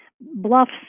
bluffs